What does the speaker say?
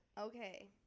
Okay